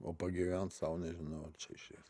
o pagyvent sau nežinau čia išvis